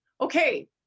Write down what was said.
Okay